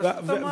לרשות המים.